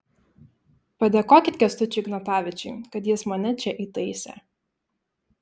padėkokit kęstučiui ignatavičiui kad jis mane čia įtaisė